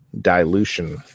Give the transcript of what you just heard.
dilution